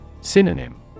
Synonym